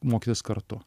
mokytis kartu